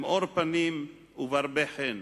במאור פנים ובהרבה חן.